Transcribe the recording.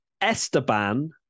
Esteban